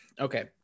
Okay